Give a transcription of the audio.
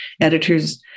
editors